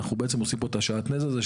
אנחנו בעצם עושים פה את ה"שעטנז" הזה,